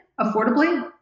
affordably